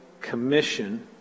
commission